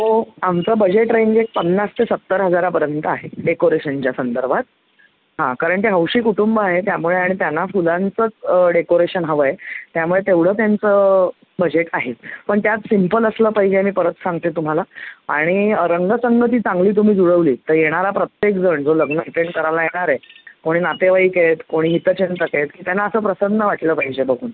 हो आमचं budget range एक पन्नास ते सत्तर हजारापर्यंत आहे डेकोरेशनच्या संदर्भात हां कारण ते हौशी कुटुंब आहे त्यामुळे आणि त्यांना फुलांचंच डेकोरेशन हवं आहे त्यामुळे तेवढं त्यांचं बजेट आहे पण त्यात सिंपल असलं पाहिजे हे मी परत सांगते तुम्हाला आणि रंगसंगती चांगली तुम्ही जुळवलीत तर येणारा प्रत्येक जण जो लग्न अटेंड करायला येणार आहे कोणी नातेवाईक आहेत कोणी हितचिंतक आहेत त्यांना असं प्रसन्न वाटलं पाहिजे बघून